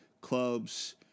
clubs